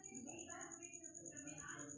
मधुमक्खी क पालै से मधु मिलै छै